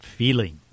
Feeling